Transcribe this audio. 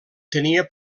tenia